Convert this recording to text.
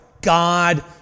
God